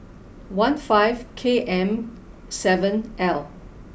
one five K M seven L